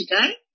today